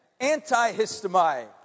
Antihistamine